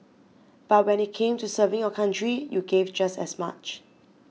but when it came to serving your country you gave just as much